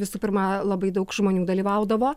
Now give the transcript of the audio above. visų pirma labai daug žmonių dalyvaudavo